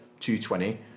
220